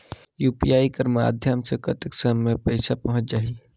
UPI कर माध्यम से कतेक समय मे पइसा पहुंच जाहि?